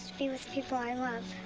be with people i love,